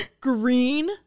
Green